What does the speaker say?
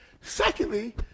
Secondly